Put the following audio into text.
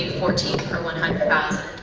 fourteen per one hundred thousand.